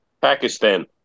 Pakistan